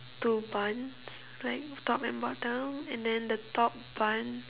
two buns like top and bottom and then the top bun